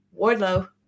Wardlow